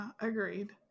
Agreed